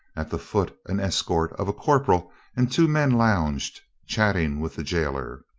at the foot an escort of a corporal and two men lounged, chattering with the gaoler.